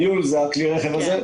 מיול זה כלי הרכב הזה.